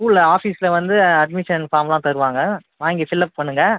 school ஆஃபிஸில் வந்து admission ஃபார்ம்லாம் தருவாங்க வாங்கி ஃபில்லப் பண்ணுங்கள்